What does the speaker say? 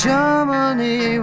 Germany